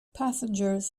passengers